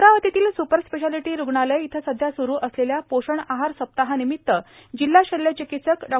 अमरावतीतील super speciality रूग्णालय इथं सध्या सुरू असलेल्या पोषण आहार सप्ताहानिमित्त जिल्हा शल्य चिकित्सक डॉ